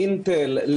לאינטל,